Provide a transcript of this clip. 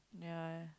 ya